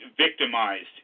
victimized